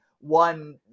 one